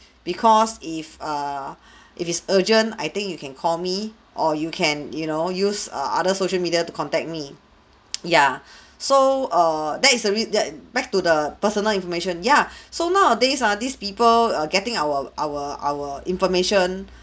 because if err if it's urgent I think you can call me or you can you know use err other social media to contact me yeah so err that is a rea~ that back to the personal information yeah so nowadays ah these people are getting our our our information